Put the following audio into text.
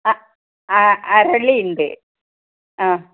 അ ആ അരളിയുണ്ട് ആ